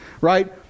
right